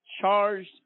charged